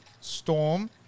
Storm